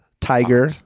tiger